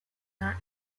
are